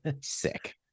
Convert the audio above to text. sick